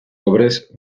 obres